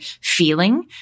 feeling